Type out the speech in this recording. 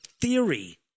theory